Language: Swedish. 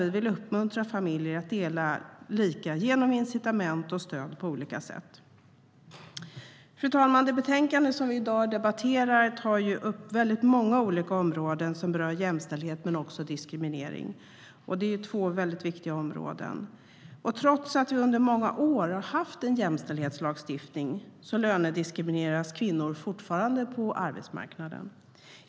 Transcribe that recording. Vi vill uppmuntra familjer att dela lika med hjälp av incitament och stöd på olika sätt. Fru talman! Det betänkande som vi i dag debatterar tar upp många olika områden som berör jämställdhet och diskriminering. Det är två viktiga områden. Trots att vi under många år har haft en jämställdhetslagstiftning lönediskrimineras kvinnor fortfarande på arbetsmarknaden.